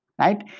right